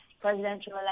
presidential